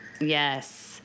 yes